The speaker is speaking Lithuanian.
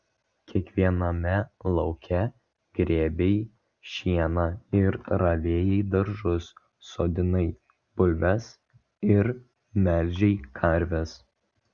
kiekviename lauke grėbei šieną ir ravėjai daržus sodinai bulves ir melžei karves